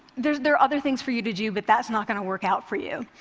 there there are other things for you to do, but that's not going to work out for you.